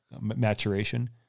maturation